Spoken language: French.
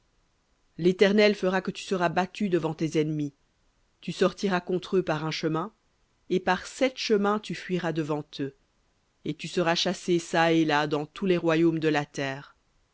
l'éternel fera que tu seras battu devant tes ennemis tu sortiras contre eux par un chemin et par sept chemins tu fuiras devant eux et tu seras chassé çà et là dans tous les royaumes de la terre